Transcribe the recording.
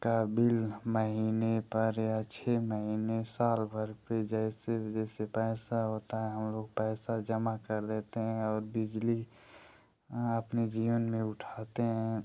का बिल महीने पर या छः महीने साल भर पर जैसे जैसे पैसा होता है हम लोग पैसा जमा कर देते हैं और बिजली अपने जीवन में उठाते हैं